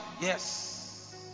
Yes